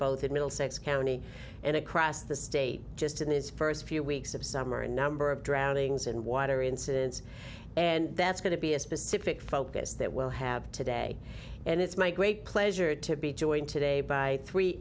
both in middlesex county and across the state just in these first few weeks of summer a number of drownings and water incidents and that's going to be a specific focus that we'll have today and it's my great pleasure to be joined today by three